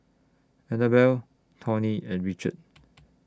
Annabell Tawny and Richard